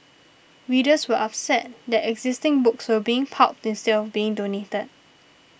readers were upset that existing books were being pulped instead of being donated